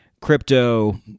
crypto